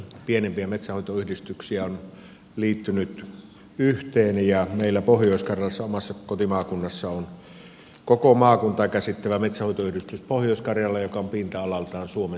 pienempiä metsänhoitoyhdistyksiä on liittynyt yhteen ja meillä pohjois karjalassa omassa kotimaakunnassani on koko maakuntaa käsittävä metsänhoitoyhdistys pohjois karjala joka on pinta alaltaan suomen suurin metsänhoitoyhdistys